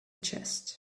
chest